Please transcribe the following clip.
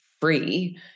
free